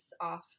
off